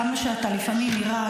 ואני יודעת שכמה שאתה לפעמים נראה,